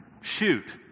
Shoot